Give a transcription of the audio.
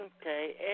Okay